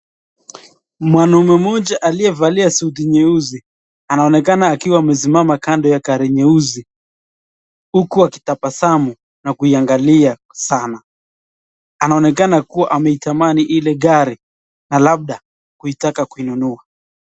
Ni mwanaume mmoja aliyevalia suti nyeusi anaonekana akiwa amemama kando ya gari nyeusi huku akitabasamu na kuiangalia sana. Anaonekana kua ameitamani ile gari na labda kuitaka kununua.